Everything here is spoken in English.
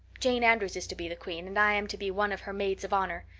jane andrews is to be the queen and i am to be one of her maids of honor.